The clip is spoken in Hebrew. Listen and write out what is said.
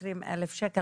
20,000 שקל,